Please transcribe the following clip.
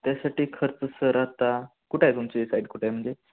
त्यासाठी खर्च सर आता कुठं आहे तुमची साईट कुठे आहे म्हणजे